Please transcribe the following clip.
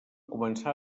començar